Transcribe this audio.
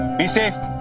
be safe!